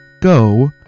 go